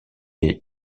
ait